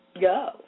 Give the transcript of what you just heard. go